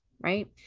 right